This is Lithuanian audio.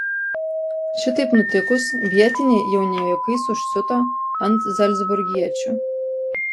šitaip nutikus vietiniai jau ne juokais užsiuto ant zalcburgiečių